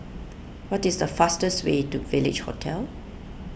what is the fastest way to Village Hotel